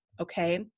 Okay